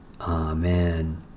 Amen